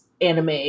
anime